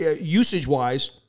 usage-wise